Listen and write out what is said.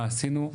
מה עשינו.